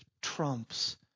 trumps